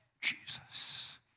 Jesus